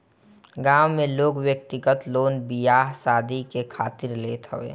गांव में लोग व्यक्तिगत लोन बियाह शादी करे खातिर लेत हवे